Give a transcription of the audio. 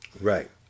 right